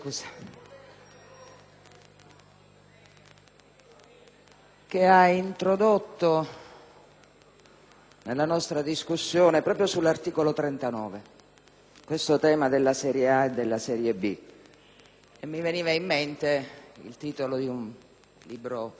nella nostra discussione sull'articolo 39 il tema della serie A e della serie B, e mi viene in mente il titolo di un libro famoso e caro alla nostra generazione e alla nostra cultura politica: «Se questo è un uomo».